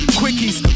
quickies